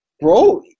bro